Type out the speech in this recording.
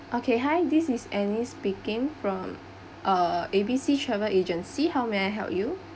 okay hi this is annie speaking from uh A_B_C travel agency how may I help you